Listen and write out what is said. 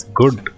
good